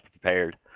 prepared